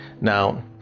Now